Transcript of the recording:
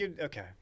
okay